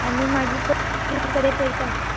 आनी मागीर थंय दुसरे कडेन पळयता हांव